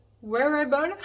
wearable